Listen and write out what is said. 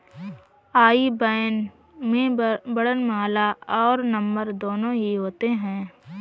आई ban में वर्णमाला और नंबर दोनों ही होते हैं